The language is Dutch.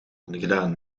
ongedaan